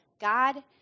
God